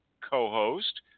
co-host